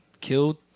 killed